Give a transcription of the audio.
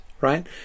right